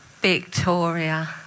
Victoria